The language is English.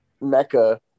mecca